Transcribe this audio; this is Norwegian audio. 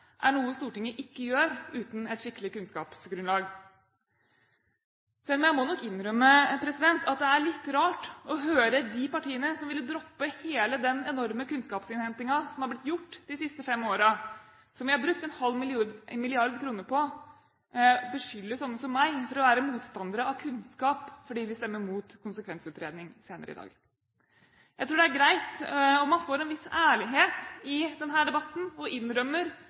er noe Stortinget ikke gjør uten et skikkelig kunnskapsgrunnlag. Jeg må innrømme at det er litt rart å høre de partiene som ville droppe hele den enorme kunnskapsinnhentingen som er blitt gjort de siste fem årene, og som vi har brukt ½ mrd. kr på, beskylde sånne som meg for å være motstandere av kunnskap fordi vi stemmer mot konsekvensutredning senere i dag. Jeg tror det er greit om man får en viss ærlighet i denne debatten og innrømmer